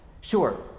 Sure